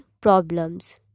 problems